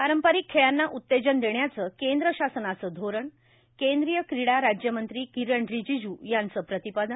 पारंपरिक खेळांना उतेजन देण्याचं केंद्र शासनाचं धोरण केंद्रीय क्रिडा राज्य मंत्री किरण रीजीजू यांचं प्रतिपादन